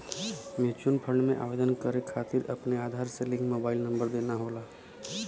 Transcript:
mutual fund में आवेदन करे खातिर अपने आधार से लिंक मोबाइल नंबर देना होला